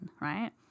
right